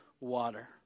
water